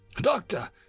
Doctor